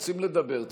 רוצים לדבר,